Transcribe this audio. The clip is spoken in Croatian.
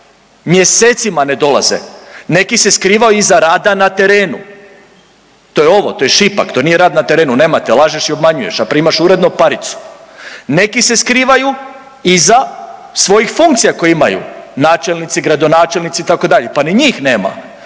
neki se skrivaju iza rada na terenu, to je ovo, to je šipak, to nije rad na terenu, nema te, lažeš i obmanjuješ, a primaš uredno paricu. Neki se skrivaju iza svojih funkcija koje imaju, načelnici, gradonačelnici itd., pa ni njih nema